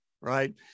right